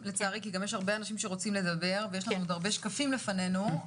אנשים שרוצים לדבר ועוד הרבה שקפים לפנינו.